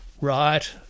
right